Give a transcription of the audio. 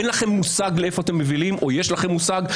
אין לכם מושג לאיפה אתם מובילים או יש לכם מושג.